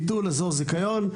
ביטול אזור זיכיון,